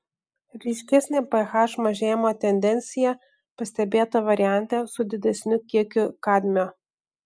ryškesnė ph mažėjimo tendencija pastebėta variante su didesniu kiekiu kadmio